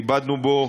איבדנו בו